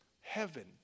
Heaven